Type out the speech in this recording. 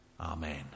amen